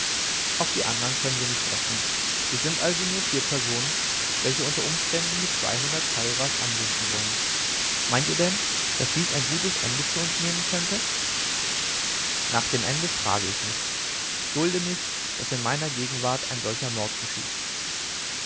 auf die andern können wir nicht rechnen wir sind also nur vier personen welche unter umständen mit zweihundert kiowas anbinden wollen meint ihr denn daß dies ein gutes ende für uns nehmen könnte nach dem ende frage ich nicht ich dulde nicht daß in meiner gegenwart ein solcher mord geschieht